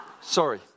Sorry